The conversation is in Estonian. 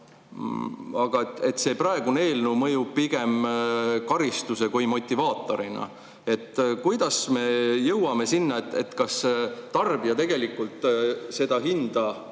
aga praegune eelnõu mõjub pigem karistuse kui motivaatorina. Kuidas me jõuame sinna, et tarbija tegelikult seda hinda,